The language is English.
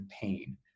pain